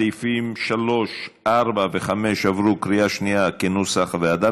סעיפים 3, 4 ו-5 עברו בקריאה שנייה כנוסח הוועדה.